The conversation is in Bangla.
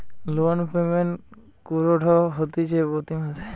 লোন পেমেন্ট কুরঢ হতিছে প্রতি মাসে